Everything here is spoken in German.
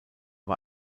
war